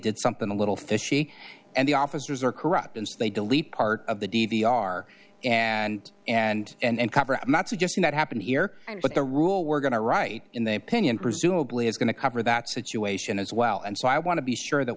did something a little fishy and the officers are corrupt and so they delete part of the d v r and and and cover i'm not suggesting that happened here and but the rule we're going to write in the opinion presumably is going to cover that situation as well and so i want to be sure that